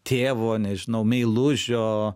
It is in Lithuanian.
tėvo nežinau meilužio